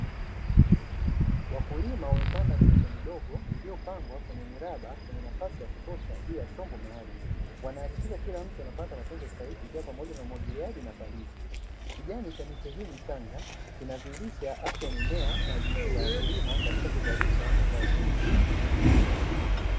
Wakulima wamepanda miche midogo iliyopangwa kwenye miraba kwenye nafasi ya kutosha juu ya chombo maalumu, wanahakikisha kila mche unapata matunzo stahiki, ikiwa ni pamoja na umwagiliaji na palizi. Kijani cha miche hii michanga kinadhihirisha afya ya mimea na juhudi za wakulima katika kuzalisha mazao bora.